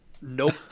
Nope